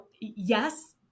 yes